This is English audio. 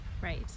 Right